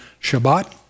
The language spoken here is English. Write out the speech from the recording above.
Shabbat